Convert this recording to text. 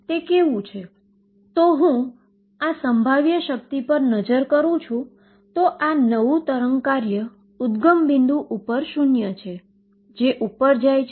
તે પ્રશ્ન આપણને ઉપસ્થિત થાય છે